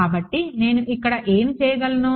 కాబట్టి నేను ఇక్కడ ఏమి చేయగలను